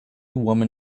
woman